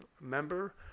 member